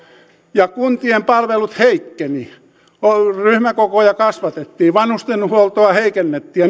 ja kuntien palvelut heikkenivät ryhmäkokoja kasvatettiin vanhustenhuoltoa heikennettiin